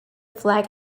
flag